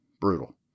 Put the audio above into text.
Brutal